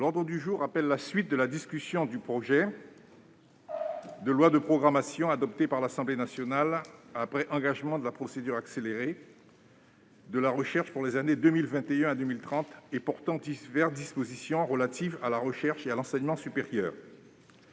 L'ordre du jour appelle la suite de la discussion du projet de loi, adopté par l'Assemblée nationale après engagement de la procédure accélérée, de programmation de la recherche pour les années 2021 à 2030 et portant diverses dispositions relatives à la recherche et à l'enseignement supérieur